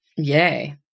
Yay